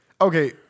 Okay